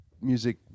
music